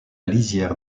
lisière